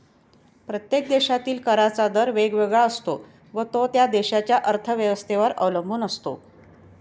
प्रत्येक देशातील कराचा दर वेगवेगळा असतो व तो त्या देशाच्या अर्थव्यवस्थेवर अवलंबून असतो